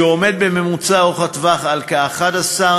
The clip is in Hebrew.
שעומד בממוצע ארוך הטווח על כ-11.3%,